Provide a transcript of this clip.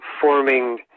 forming